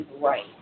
right